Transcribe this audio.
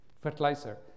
fertilizer